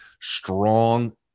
strong